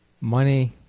money